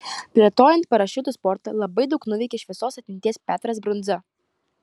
plėtojant parašiutų sportą labai daug nuveikė šviesios atminties petras brundza